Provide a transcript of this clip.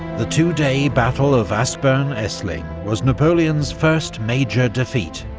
the two-day battle of aspern-essling was napoleon's first major defeat,